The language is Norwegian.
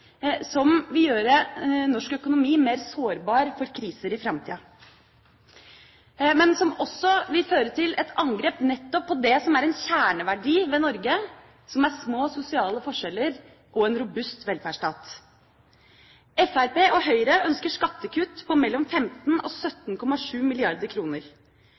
som vil gjøre norsk økonomi mer sårbar for kriser i framtida, men som også vil føre til et angrep nettopp på det som er en kjerneverdi ved Norge, som er små sosiale forskjeller og en robust velferdsstat. Fremskrittspartiet og Høyre ønsker skattekutt på mellom 15 og